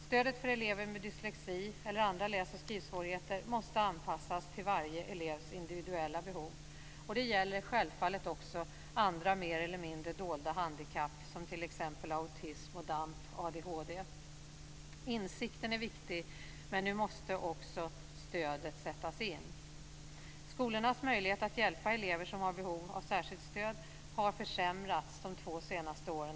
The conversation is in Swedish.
Stödet för elever med dyslexi eller andra läs och skrivsvårigheter måste anpassas till varje elevs individuella behov. Det gäller självfallet också andra mer eller mindre dolda handikapp, som t.ex. autism och DAMP/ADHD. Insikten är viktig, men nu måste också stödet sättas in. Skolornas möjlighet att hjälpa elever som har behov av särskilt stöd har försämrats de två senaste åren.